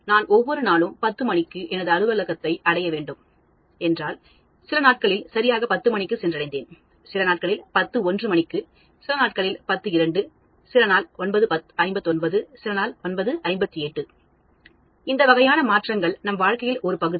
நான் ஒவ்வொரு நாளும் 10 மணிக்கு எனது அலுவலகத்தை அடைய வேண்டும் என்றால் சில நாட்களில் சரியாக 10 மணிக்கு சென்றடைந்தேன் சில நாட்களில் 1001 மணிக்கு சிலநாள் 1002 சிலநாள் 959 சிலநாள் 958 இந்த வகையான மாற்றங்கள் நம் வாழ்க்கையில் ஒரு பகுதி